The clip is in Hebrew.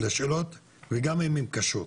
לשאלות גם אם הם קשות.